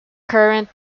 current